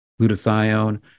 Glutathione